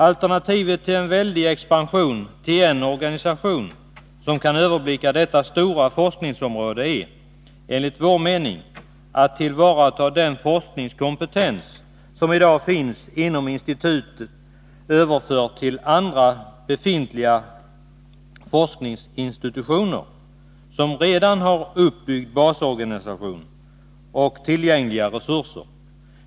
Alternativet till en väldig expansion till en organisation som kan överblicka detta stora forskningsområde är, enligt vår mening, att man tillvaratar den forskningskompetens som i dag finns inom institutet, överförd till andra befintliga forskningsinstitutioner, som redan har uppbyggd basorganisation och tillgängliga resurser.